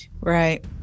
Right